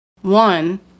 one